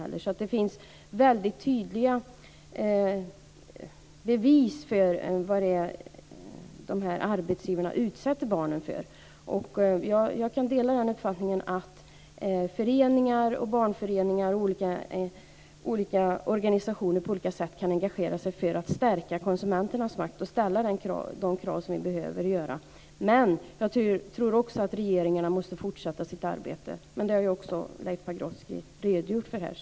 Det finns alltså väldigt tydliga bevis för vad dessa arbetsgivare utsätter barnen för. Jag kan dela uppfattningen att barnföreningar och olika organisationer på olika sätt kan engagera sig för att stärka konsumenternas makt och ställa de krav som behöver ställas. Men jag tror också att regeringarna måste fortsätta sitt arbete. Men det har ju Leif Pagrotsky redogjort för här.